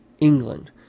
England